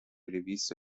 riviste